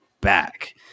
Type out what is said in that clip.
back